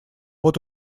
вот